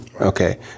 Okay